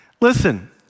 Listen